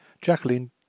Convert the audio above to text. Jacqueline